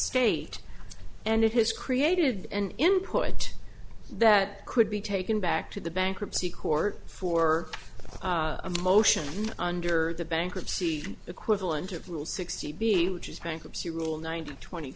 state and it has created an input that could be taken back to the bankruptcy court for a motion under the bankruptcy equivalent of rule sixty b which is bankruptcy rule nineteen twenty